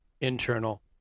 internal